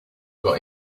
got